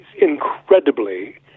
incredibly